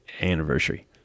anniversary